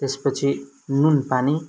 त्यस पछि नुन पानी